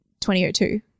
2002